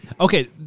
Okay